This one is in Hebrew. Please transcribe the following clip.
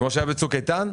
כמו שהיה בצוק איתן?